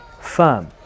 firm